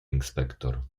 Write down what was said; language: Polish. inspektor